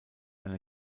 eine